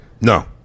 No